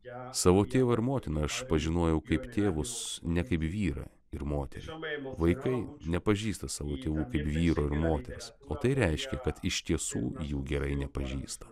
savo tėvą ir motiną aš pažinojau kaip tėvus ne kaip vyrą ir moterį vaikai nepažįsta savo tėvų kaip vyro ir moters o tai reiškia kad iš tiesų jų gerai nepažįsta